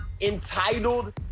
entitled